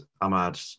Ahmad